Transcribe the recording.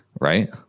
right